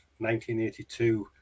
1982